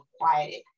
quieted